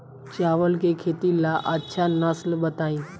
चावल के खेती ला अच्छा नस्ल बताई?